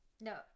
No